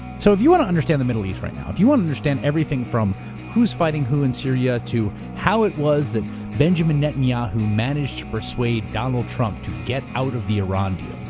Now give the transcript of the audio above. so if you wanna understand the middle east right now, if you wanna understand everything from who's fighting who in syria, to how it was that benjamin netanyahu managed to persuade donald trump to get out of the iran deal,